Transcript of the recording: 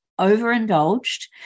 overindulged